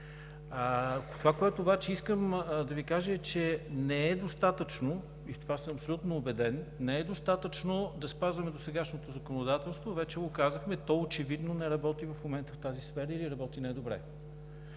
Това, което обаче искам да Ви кажа, е, че не е достатъчно, и в това съм абсолютно убеден, да спазваме досегашното законодателство. Вече го казахме – то очевидно не работи в момента в тази сфера или работи не добре.